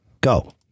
Go